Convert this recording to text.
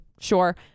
Sure